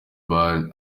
bar